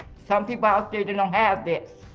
some people out there do not have this.